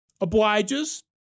Obliges